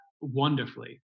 wonderfully